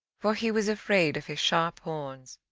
for he was afraid of his sharp horns.